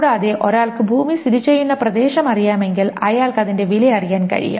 കൂടാതെ ഒരാൾക്ക് ഭൂമി സ്ഥിതിചെയ്യുന്ന പ്രദേശം അറിയാമെങ്കിൽ അയാൾക്ക് അതിന്റെ വില അറിയാൻ കഴിയും